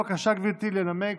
בבקשה, גברתי תנמק